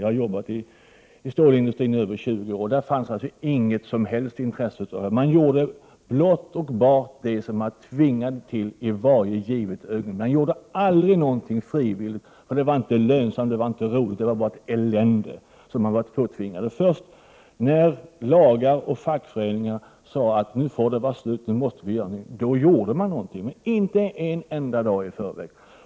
Jag har arbetat inom stålindustrin i över 20 år, och där fanns inget som helst intresse för dessa frågor. Man gjorde blott och bart det som man tvingades till i varje givet ögonblick. Man gjorde aldrig någonting frivilligt — det var inte lönsamt och roligt utan bara ett påtvingat elände. Först när lagstiftare och fackföreningar sade att någonting måste göras blev någonting gjort, men inte en enda dag i förväg.